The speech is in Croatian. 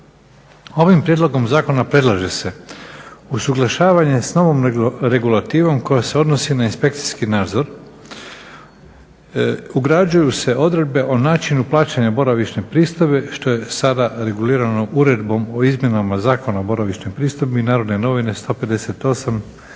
Ovim Prijedlogom zakona predlaže se usuglašavanje sa novom regulativom koja se odnosi na inspekcijski nadzor, ugrađuju se odredbe o načinu plaćanja boravišne pristojbe što je sada regulirano Uredbom o izmjenama Zakona o boravišnoj pristojbi, Narodne novine, 158.